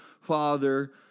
Father